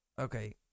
okay